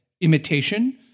Imitation